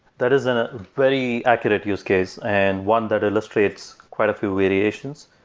that isn't a very accurate use case, and one that illustrates quite a few variations.